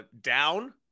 down